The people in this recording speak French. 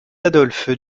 adolphe